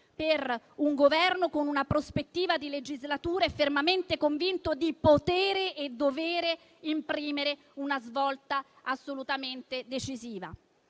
per un Governo con una prospettiva di legislatura e fermamente convinto di potere e dovere imprimere una svolta assolutamente decisiva.